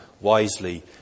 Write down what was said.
wisely